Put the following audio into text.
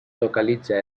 localitza